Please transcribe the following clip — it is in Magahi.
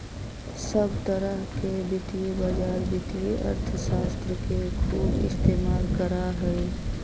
सब तरह के वित्तीय बाजार वित्तीय अर्थशास्त्र के खूब इस्तेमाल करा हई